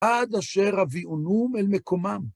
עד אשר הביאונום אל מקומם.